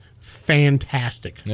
fantastic